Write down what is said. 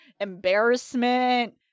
embarrassment